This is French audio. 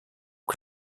que